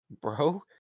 bro